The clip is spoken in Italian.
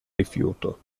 rifiuto